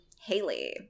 Haley